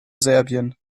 serbien